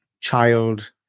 child